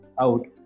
out